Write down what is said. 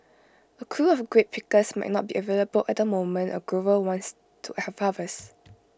A crew of grape pickers might not be available at the moment A grower wants to have harvest